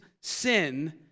sin